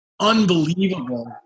unbelievable